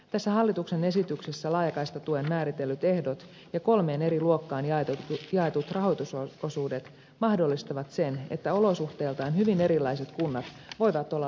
tässä hallituksen esityksessä laajakaistatuen määritellyt ehdot ja kolmeen eri luokkaan jaetut rahoitusosuudet mahdollistavat sen että olosuhteiltaan hyvin erilaiset kunnat voivat olla laajakaistahankkeessa mukana